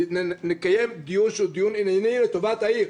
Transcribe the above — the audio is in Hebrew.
נקיים דיון שהוא דיון ענייני לטובת העיר.